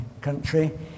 country